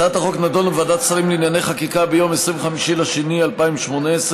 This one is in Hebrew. הצעת החוק נדונה בוועדת שרים לענייני חקיקה ביום 25 בפברואר 2018,